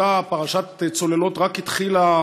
כשאותה פרשת צוללות רק התחילה